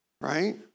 Right